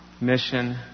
mission